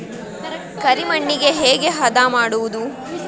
ಕರಿ ಮಣ್ಣಗೆ ಹೇಗೆ ಹದಾ ಮಾಡುದು?